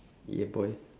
yeah boy